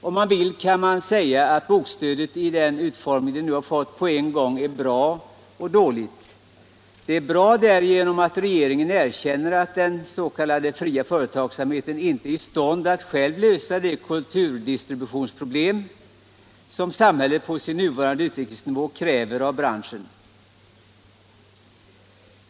Om man vill kan man säga att bokstödet i den utformning det nu fått på en gång är bra och dåligt. Det är bra därigenom att regeringen erkänner att den s.k. fria företagsamheten inte är i stånd att själv lösa ett kulturdistributionsproblem som samhället på sin nuvarande utvecklingsnivå kräver av branschen.